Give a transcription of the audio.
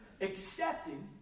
Accepting